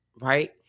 right